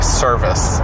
service